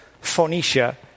Phoenicia